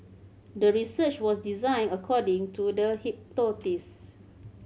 the research was designed according to the hypothesis